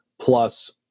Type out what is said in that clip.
plus